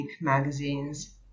magazines